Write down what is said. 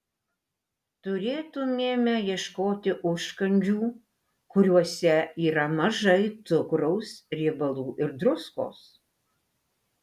turėtumėme ieškoti užkandžių kuriuose yra mažai cukraus riebalų ir druskos